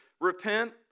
repent